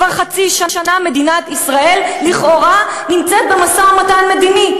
כבר חצי שנה מדינת ישראל לכאורה נמצאת במשא-ומתן מדיני.